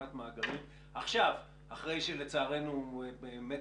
הייתה תוכנית להקמת מאגרים,